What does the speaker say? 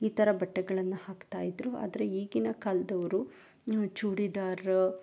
ಈ ಥರ ಬಟ್ಟೆಗಳನ್ನು ಹಾಕ್ತಾಯಿದ್ದರು ಆದರೆ ಈಗಿನ ಕಾಲದವ್ರು ಇವು ಚೂಡಿದಾರ